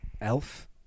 Elf